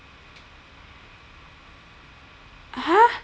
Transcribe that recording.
!huh!